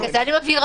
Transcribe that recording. אני לא רואה עם זה